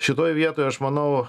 šitoj vietoj aš manau